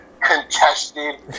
contested